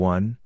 One